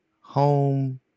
home